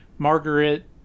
Margaret